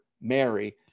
Mary